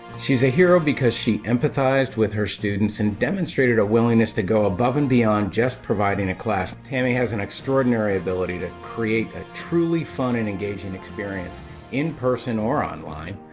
she's a hero because she empathized with her students and demonstrated a willingness to go above and beyond just providing a class. tammy has an extraordinary ability to create a truly fun and engaging experience in person or online,